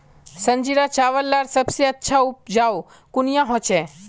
संजीरा चावल लार सबसे अच्छा उपजाऊ कुनियाँ होचए?